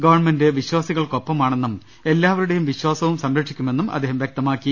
government വിശ്വാസികൾക്കൊപ്പമാണെന്നും എല്ലാവരു ടേയും വിശ്വാസവും സംരക്ഷിക്കുമെന്നുംഅദ്ദേഹം വൃക്തമാക്കി